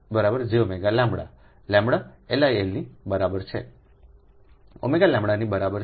ω λ ની છેλ Li ની છે